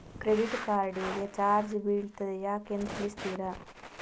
Credit card ಗೆ charge ಬೀಳ್ತಿದೆ ಯಾಕೆಂದು ತಿಳಿಸುತ್ತೀರಾ?